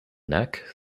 neck